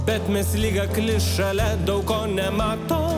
bet mes liga gali šalia daug ko nemato